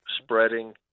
spreading